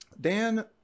Dan